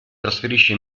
trasferisce